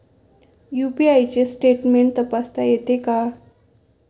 UPI चे statement तपासता येते का?